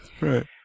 Right